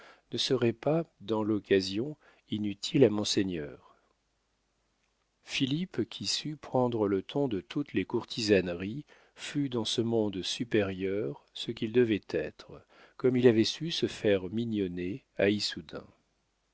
ne serait pas dans l'occasion inutile à monseigneur philippe qui sut prendre le ton de toutes les courtisaneries fut dans ce monde supérieur ce qu'il devait être comme il avait su se faire mignonnet à